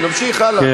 נמשיך הלאה.